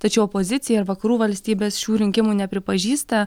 tačiau opozicija ir vakarų valstybės šių rinkimų nepripažįsta